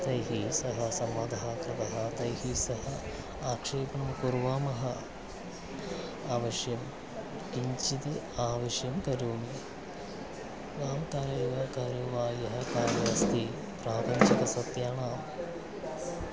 तैः सह संवादः कृतः तैः सह आक्षेपणं कुर्मः आवश्यकं किञ्चिद् आवश्यकं करोमि मां तानेव कार्यवायः कार्यमस्ति प्रापञ्चकसत्यानाम्